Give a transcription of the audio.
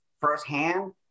firsthand